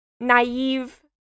naive